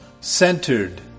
centered